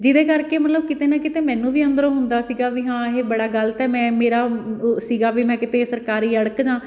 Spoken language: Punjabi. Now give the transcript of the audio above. ਜਿਹਦੇ ਕਰਕੇ ਮਤਲਬ ਕਿਤੇ ਨਾ ਕਿਤੇ ਮੈਨੂੰ ਵੀ ਅੰਦਰੋਂ ਹੁੰਦਾ ਸੀਗਾ ਵੀ ਹਾਂ ਇਹ ਬੜਾ ਗਲਤ ਹੈ ਮੈਂ ਮੇਰਾ ਸੀਗਾ ਵੀ ਮੈਂ ਕਿਤੇ ਸਰਕਾਰੀ ਅੜਕ ਜਾਂ